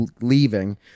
leaving